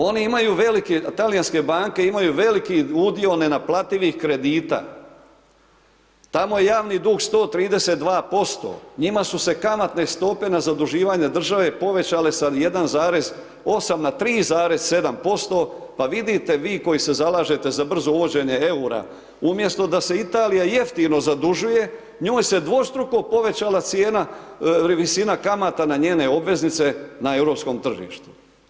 Oni imaju veliki, talijanske banke imaju veliki udio nenaplativih kredita, tamo je javni dug 132%, njima su se kamatne stope na zaduživanje države povećale sa 1,8 na 3,7%, pa vidite vi koji se zalažete za brzo uvođenje EUR-a, umjesto da se Italija jeftino zadužuje, njoj se dvostruko povećala cijena, visina kamata na njene obveznice na europskom tržištu.